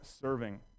serving